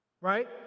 right